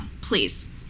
Please